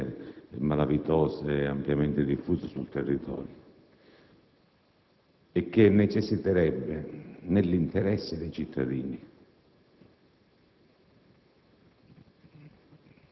con presenze malavitose ampiamente diffuse sul territorio, e che necessiterebbe, nell'interesse dei cittadini,